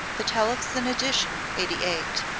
the tellefsen edition eighty eight,